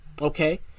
okay